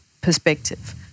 perspective